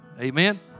Amen